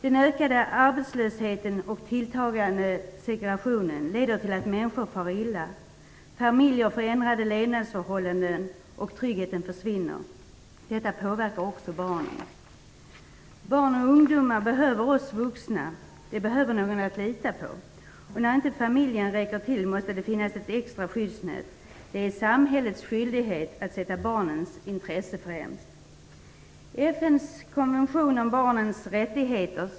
Den ökade arbetslösheten och den tilltagande segregationen leder till att människor far illa. Familjer får ändrade levnadsförhållanden, och tryggheten försvinner. Detta påverkar också barnen. Barn och ungdomar behöver oss vuxna. De behöver någon att lita på. När inte familjen räcker till måste det finnas ett extra skyddsnät. Det är samhällets skyldighet att sätta barnens intresse främst.